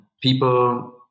people